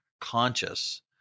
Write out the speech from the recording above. conscious